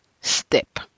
step